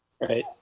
right